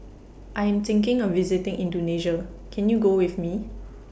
I Am thinking of visiting Indonesia Can YOU Go with Me